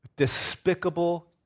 despicable